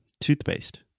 Toothpaste